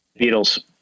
Beatles